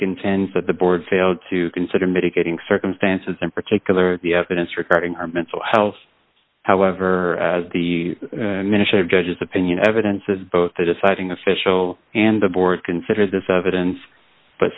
contends that the board failed to consider mitigating circumstances in particular the evidence regarding our mental health however as the mission of judge's opinion evidence is both a deciding official and the board considered this evidence but